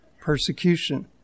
Persecution